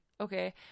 okay